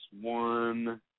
one